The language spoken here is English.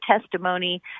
testimony